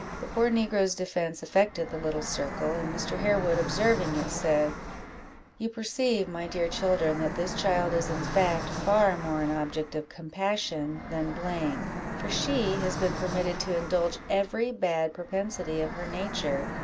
the poor negro's defence affected the little circle, and mr. harewood observing it, said you perceive, my dear children, that this child is in fact far more an object of compassion than blame, for she has been permitted to indulge every bad propensity of her nature,